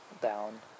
down